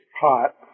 hot